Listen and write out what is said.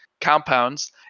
compounds